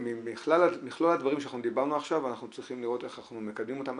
ממכלול הדברים שדיברנו עכשיו אנחנו צריכים לראות איך אנחנו מקדמים אותם,